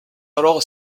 alors